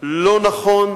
לא נכון.